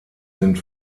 sind